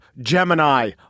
Gemini